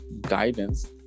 guidance